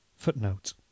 footnote